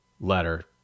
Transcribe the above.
letter